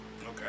Okay